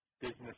business